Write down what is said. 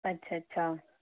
अच्छा अच्छा